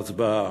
להצבעה.